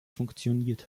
funktioniert